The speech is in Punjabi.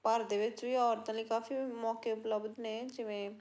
ਭਾਰਤ ਦੇ ਵਿੱਚ ਵੀ ਔਰਤਾਂ ਲਈ ਕਾਫੀ ਮੌਕੇ ਉਪਲਬਧ ਨੇ ਜਿਵੇਂ